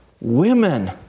women